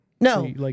No